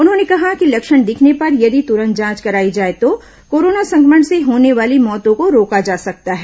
उन्होंने कहा कि लक्षण दिखने पर यदि तुरंत जांच कराई जाए तो कोरोना संक्रमण से होने वाली मौतों को रोका जा सकता है